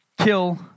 kill